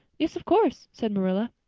yes, of course, said marilla,